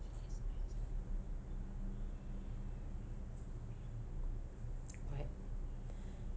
right